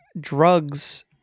drugs